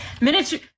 miniature